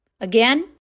Again